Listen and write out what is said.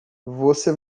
você